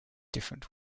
different